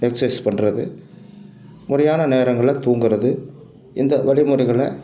exercise பண்ணுறது முறையான நேரங்கள்ல தூங்குகிறது இந்த வழிமுறைகளை